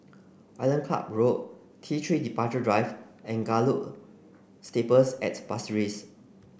Island Club Road T three Departure Drive and Gallop Stables at Pasir Ris